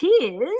tears